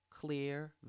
clear